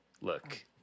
look